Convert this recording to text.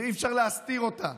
אי-אפשר להסתיר אותה,